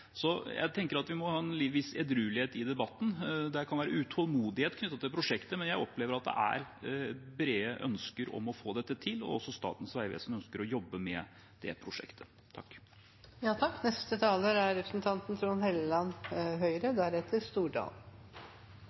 Så jeg tenker at vi må ha en viss edruelighet i debatten. Det kan være utålmodighet knyttet til prosjektet, men jeg opplever at det er et bredt ønske om å få dette til, og Statens vegvesen ønsker også å jobbe med det prosjektet. Ja, det er bred enighet om at vi skal løfte Strynefjellsvegen, og det er